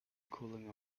cooling